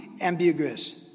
ambiguous